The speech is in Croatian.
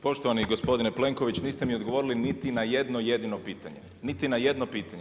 Poštovani gospodine Plenković, niste mi odgovorili niti na jedno jedino pitanje, niti na jedno pitanje.